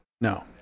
No